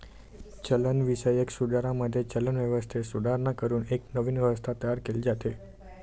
चलनविषयक सुधारणांमध्ये, चलन व्यवस्थेत सुधारणा करून एक नवीन व्यवस्था तयार केली जाते